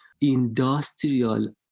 industrial